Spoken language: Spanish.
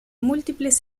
múltiples